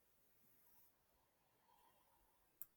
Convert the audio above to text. קישורים קישורים חיצוניים